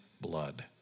blood